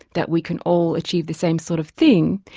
that we can all achieve the same sort of thing,